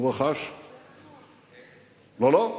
הוא רכש, לא, לא.